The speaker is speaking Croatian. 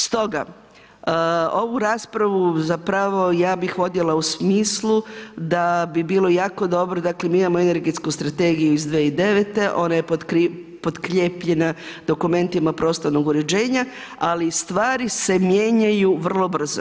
Stoga ovu raspravu ja bih vodila u smislu da bi bilo jako dobro dakle mi Energetsku strategiju iz 2009. ona je potkrijepljena dokumentima prostornog uređenja, ali stvari se mijenjaju vrlo brzo.